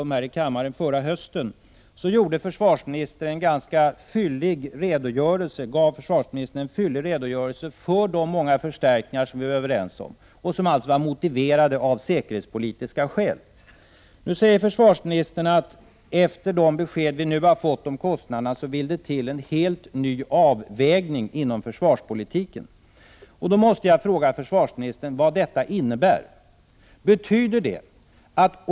1988/89:20 rum i kammaren förra hösten gav försvarsministern en ganska fyllig 9 november 1988 redogörelse för de många förstärkningar som vi var överens om och som alltså var motiverade av säkerhetspolitiska skäl. Nu säger försvarsministern att efter de besked vi nu har fått om kostnaderna vill det till en helt ny avvägning inom försvarspolitiken. Då måste jag fråga försvarsministern vad det innebär.